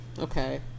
Okay